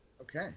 Okay